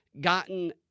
gotten